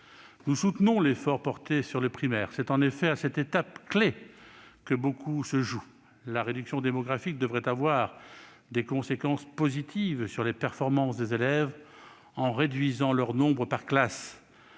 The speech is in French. Nous soutenons l'effort porté sur le primaire. C'est en effet lors de cette étape clé que beaucoup se joue. La réduction démographique devrait avoir des conséquences positives sur les performances des élèves, en réduisant leur nombre par classe.